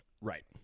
Right